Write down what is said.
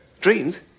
Dreams